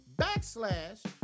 backslash